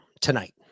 tonight